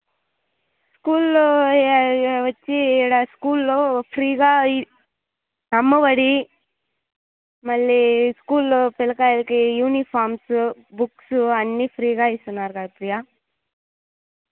స్కూల్లో వచ్చి ఇక్కడ స్కూల్లో ఫ్రీగా అమ్మఒడి మళ్ళీ స్కూల్లో పిలకాయలకి యూనిఫార్మ్స్ బుక్స్ అన్నీ ఫ్రీగా ఇస్తున్నారు లాస్య